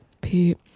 Pete